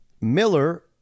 Miller